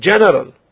general